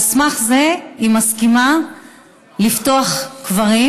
על סמך זה היא מסכימה לפתוח קברים,